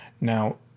Now